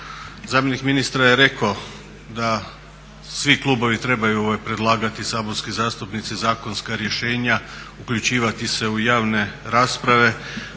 Zamjenik ministra je rekao da svi klubovi trebaju predlagati saborski zastupnici zakonska rješenja, uključivati se u javne rasprave